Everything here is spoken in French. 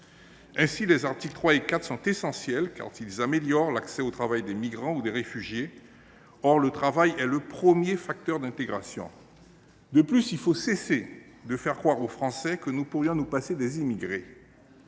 Ainsi les articles 3 et 4 sont ils essentiels, car ils améliorent l’accès au travail des migrants ou des réfugiés, alors que le travail est le premier facteur d’intégration. De plus, il faut cesser de faire croire aux Français que nous pourrions nous passer des immigrés.